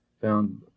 found